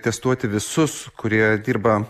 testuoti visus kurie dirba